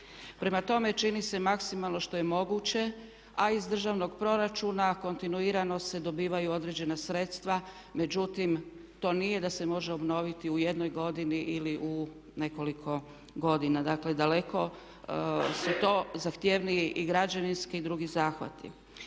Prema tome čini se maksimalno što je moguće a iz državnog proračuna kontinuirano se dobivaju određena sredstva, međutim, to nije da se može obnoviti u jednoj godini ili u nekoliko godina. Dakle daleko su to zahtjevniji i građevinski i drugi zahvati.